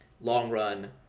long-run